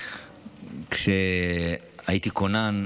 כשהייתי כונן,